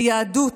היהדות